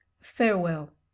farewell